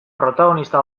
protagonista